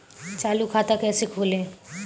चालू खाता कैसे खोलें?